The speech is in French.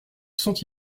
sont